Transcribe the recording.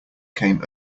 came